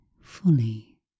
fully